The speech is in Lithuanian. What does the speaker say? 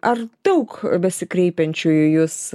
ar daug besikreipiančių į jus